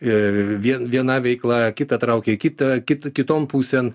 ir vien viena veikla kitą traukė į kitą kita kiton pusėn